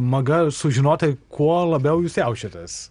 maga sužinoti kuo labiau jūs jaučiatės